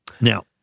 Now